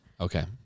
Okay